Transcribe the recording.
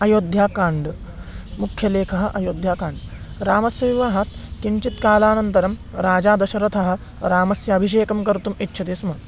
अयोध्याकाण्डं मुख्यलेखकः अयोध्याकाण्डं रामस्य विवाहात् किञ्चित् कालानन्तरं राजा दशरथः रामस्य अभिषेकं कर्तुम् इच्छति स्म